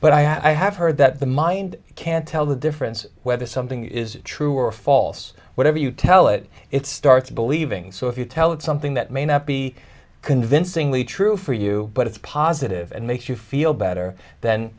but i have heard that the mind can't tell the difference whether something is true or false whatever you tell it it starts believing so if you tell it something that may not be convincingly true for you but it's positive and makes you feel better then